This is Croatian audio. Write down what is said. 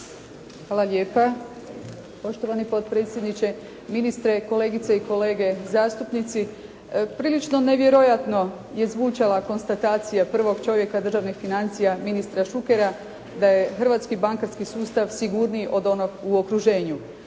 Hvala lijepa. Poštovani potpredsjedniče, ministre, kolegice i kolege zastupnici. Prilično nevjerojatno je zvučala konstatacija prvog čovjeka državnih financija ministra Šukera da je hrvatski bankarski sustav sigurniji od onog u okruženju.